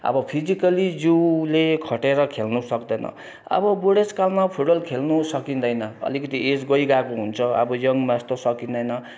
आब फिजिकली जिउले खटेर खेल्न सक्दैन अब बुढेसकालमा फुटबल खेल्नु सकिँदैन अलिकति एज गइसकेको हुन्छ अब यङमा जस्तो सकिँदैन